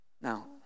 Now